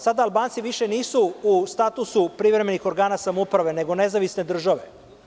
Sada Albanci više nisu u statusu privremenih organa samouprave, nego nezavisne države.